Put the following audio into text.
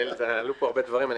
עלו פה הרבה דברים.